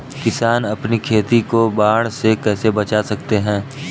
किसान अपनी खेती को बाढ़ से कैसे बचा सकते हैं?